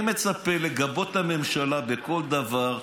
אני מצפה לגבות את הממשלה בכל דבר.